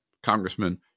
congressman